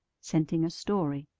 scenting a story.